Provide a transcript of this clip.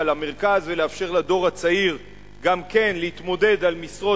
למרכז ולאפשר לדור הצעיר גם כן להתמודד על משרות